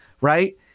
Right